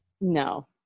No